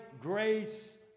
grace